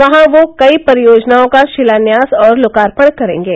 वहां वह कई परियोजनाओं का शिलान्यास और लोकार्पण करेंगे